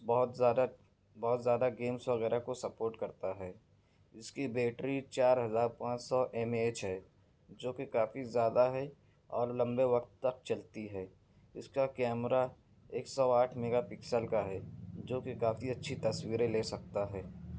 بہت زیادہ بہت زیادہ گیمس وغیرہ کو سپورٹ کرتا ہے اس کی بیٹری چار ہزار پانچ سو ایم اے ایچ ہے جو کہ کافی زیادہ ہے اور لمبے وقت تک چلتی ہے اس کا کیمرہ ایک سو آٹھ میگا پکسل کا ہے جو کہ کافی اچھی تصویریں لے سکتا ہے